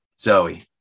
zoe